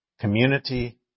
Community